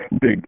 big